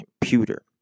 computer